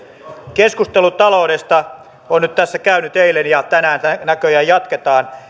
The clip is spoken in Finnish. keskustelua taloudesta on nyt käyty tässä eilen ja tänään näköjään jatketaan